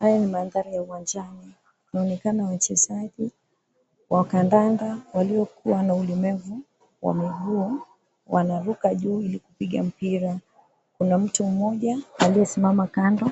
Haya ni mandhari ya uwanjani. Inaonekana wachezaji wa kandanda waliokuwa na ulemavu wa miguu wanaruka juu ili kupiga mpira. Kuna mtu mmoja alyesimama kando